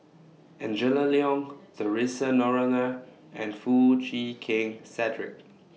Angela Liong Theresa Noronha and Foo Chee Keng Cedric